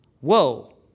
whoa